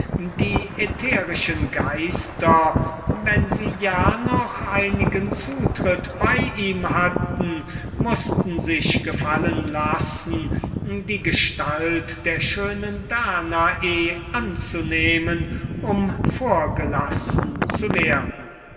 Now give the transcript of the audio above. die ätherischen geister wenn sie ja noch einigen zutritt bei ihm hatten mußten sich gefallen lassen die gestalt der schönen danae anzunehmen um vorgelassen zu werden